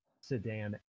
sedan